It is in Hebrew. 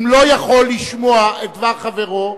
אם לא יכול לשמוע את דבר חברו,